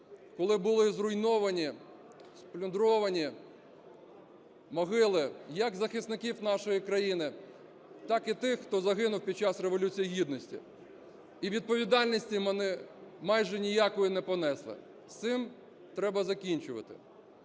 коли були зруйновані, сплюндровані могили як захисників нашої країни, так і тих, хто загинув під час Революції Гідності, і відповідальності вони майже ніякої не понесли. З цим треба закінчувати.